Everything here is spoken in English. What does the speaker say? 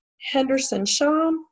Henderson-Shaw